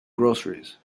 groceries